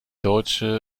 deutsche